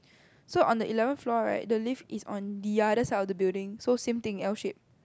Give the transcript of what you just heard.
so on the eleven floor right the lift is on the other side of the building so same thing L shape